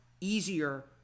easier